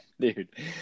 Dude